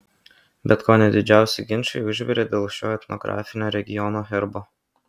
bet kone didžiausi ginčai užvirė dėl šio etnografinio regiono herbo